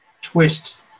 twist